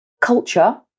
culture